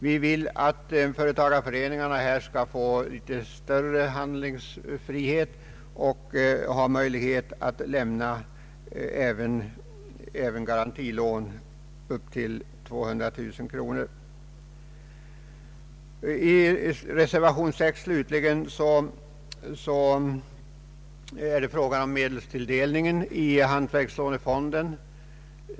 Vi vill att företagareföreningarna här skall få litet större handlingsfrihet och ha möjlighet att lämna även garantilån upp till 200 000 kronor. I reservationen 6 slutligen är det fråga om medelstilldelningen till hantverkslånefonden.